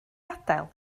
adael